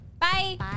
Bye